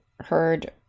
Heard